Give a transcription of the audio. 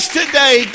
today